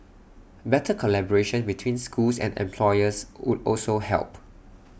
better collaboration between schools and employers would also help